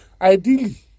Ideally